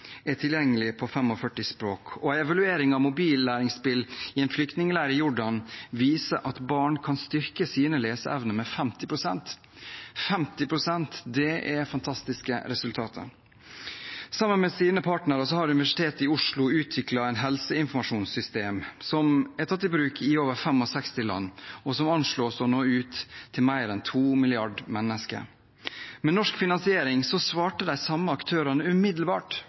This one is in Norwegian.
i en flyktningleir i Jordan viser at barn kan styrke sine leseevner med 50 pst. 50 pst. – det er fantastiske resultater! Sammen med sine partnere har Universitetet i Oslo utviklet et helseinformasjonssystem som er tatt i bruk i over 65 land, og som anslås å nå ut til mer enn to milliarder mennesker. Med norsk finansiering svarte de samme aktørene umiddelbart